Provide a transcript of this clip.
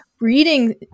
reading